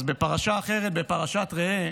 בפרשה אחרת, בפרשת ראה,